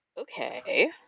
Okay